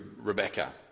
rebecca